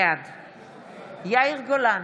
בעד יאיר גולן,